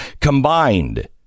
combined